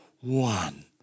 one